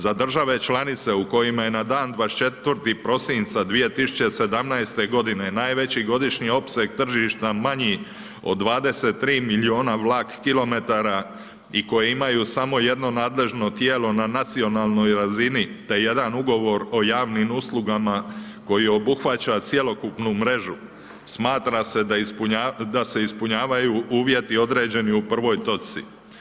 Za države članica u kojima je na dan 24. prosinca 2017. g. najveći godišnji opseg tržišta manji od 23 milijuna vlak kilometara i koji imaju samo jedno nadležno tijelo na nacionalnoj razini, te jedan ugovor o javnim uslugama, koji obuhvaća cjelokupnu mreža, smatra se da se ispunjavaju uvjeti određeni u 1. točci.